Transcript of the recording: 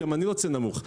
גם אני רוצה נמוך.